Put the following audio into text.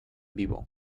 vivo